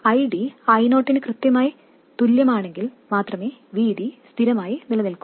ID I0 നു കൃത്യമായി തുല്യമാണെങ്കിൽ മാത്രമേ VD സ്ഥിരമായി നിലനിൽക്കൂ